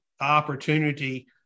opportunity